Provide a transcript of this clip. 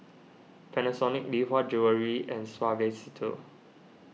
Panasonic Lee Hwa Jewellery and Suavecito